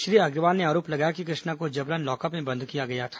श्री अग्रवाल ने आरोप लगाया कि कृष्णा को जबरन लॉकअप में बंद किया गया था